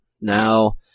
now